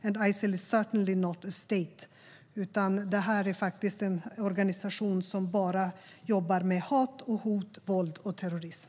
- And ISIL is certainly not a state." Det är faktiskt en organisation som bara jobbar med hat, hot, våld och terrorism.